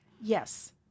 Yes